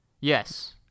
Yes